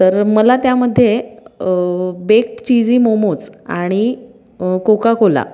तर मला त्यामध्ये बेक्ट चिझी मोमोज आणि कोका कोला